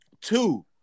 Two